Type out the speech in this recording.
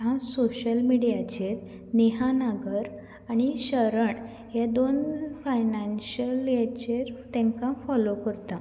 हांव सोशल मिडियाचेर नेहा नागर आनी शरण हे दोन फायनाशियल हेचेर तांकां फोलो करता